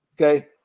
Okay